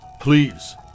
Please